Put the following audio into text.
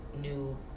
new